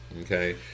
Okay